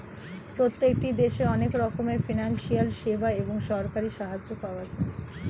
প্রত্যেকটি দেশে অনেক রকমের ফিনান্সিয়াল সেবা এবং সরকারি সাহায্য পাওয়া যায়